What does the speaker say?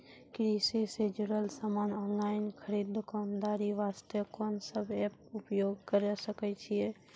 कृषि से जुड़ल समान ऑनलाइन खरीद दुकानदारी वास्ते कोंन सब एप्प उपयोग करें सकय छियै?